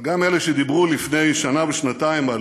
גם אלה שדיברו לפני שנה ושנתיים על